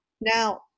now